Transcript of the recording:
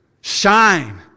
shine